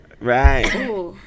Right